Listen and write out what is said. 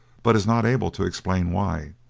but is not able to explain why.